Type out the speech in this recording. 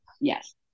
Yes